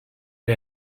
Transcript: der